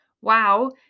Wow